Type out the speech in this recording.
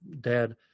dad